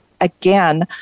Again